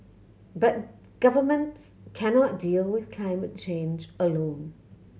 but governments can not deal with climate change alone